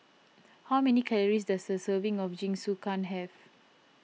how many calories does a serving of Jingisukan have